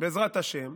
בעזרת השם